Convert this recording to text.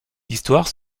l’histoire